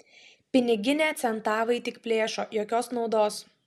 piniginę centavai tik plėšo jokios naudos